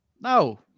No